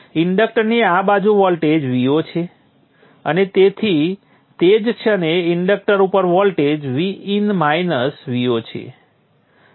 ઇન્ડક્ટરની આ બાજુ વોલ્ટેજ Vo છે અને તેથી તે જ ક્ષણે ઇન્ડક્ટર ઉપર વોલ્ટેજ Vin માઇનસ Vo છે